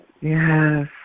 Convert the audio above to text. Yes